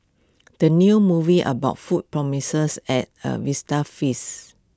the new movie about food promises A A vista feast